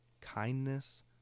kindness